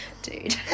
dude